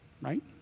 right